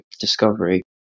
Discovery